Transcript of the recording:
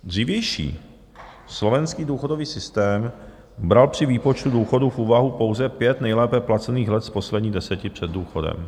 Dřívější slovenský důchodový systém bral při výpočtu důchodů v úvahu pouze pět nejlépe placených let z posledních deseti před důchodem.